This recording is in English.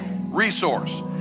resource